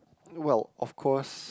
well of course